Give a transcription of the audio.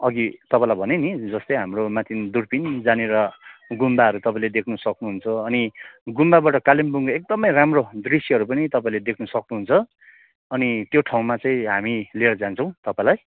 अघि तपाईँलाई भनेँ नि जस्तै हाम्रो माथि दुर्पिन जहाँनिर गुम्बाहरू तपाईँले देख्नु सक्नुहुन्छ अनि गुम्बाबाट कालिम्पोङ त एकदमै राम्रो दृश्यहरू पनि तपाईँले देख्नु सक्नुहुन्छ अनि त्यो ठाउँमा चाहिँ हामी लिएर जान्छौँ तपाईँलाई